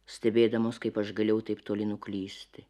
stebėdamos kaip aš galėjau taip toli nuklysti